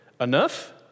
Enough